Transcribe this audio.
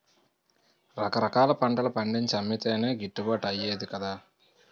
రకరకాల పంటలు పండించి అమ్మితేనే గిట్టుబాటు అయ్యేది కదా